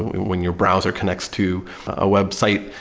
when your browser connects to a website,